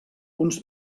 uns